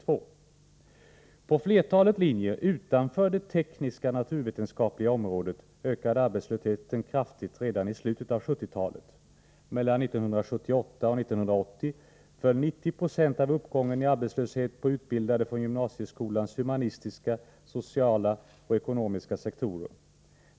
På flertalet linjer utanför det tekniska och naturvetenskapliga området ökade arbetslösheten kraftigt redan i slutet av 1970-talet. Mellan 1978 och 1980 föll 90 26 av uppgången i arbetslöshet på utbildade från gymnasieskolans humanistiska, sociala och ekonomiska sektorer.